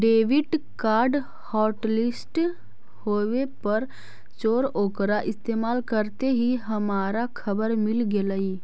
debit card hotlist होवे पर चोर ओकरा इस्तेमाल करते ही हमारा खबर मिल गेलई